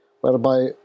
whereby